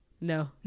No